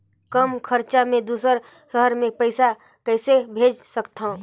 कम खरचा मे दुसर शहर मे पईसा कइसे भेज सकथव?